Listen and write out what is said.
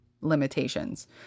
limitations